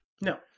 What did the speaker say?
No